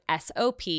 SOP